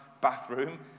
bathroom